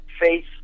faith